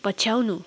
पछ्याउनु